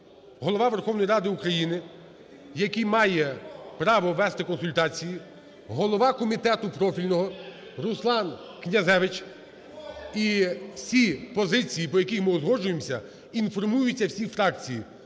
Голова Верховної Ради України, який має право вести консультації, голова комітету профільного Руслан Князевич – і всі позиції, по яким ми узгоджуємося, інформуються всі фракції,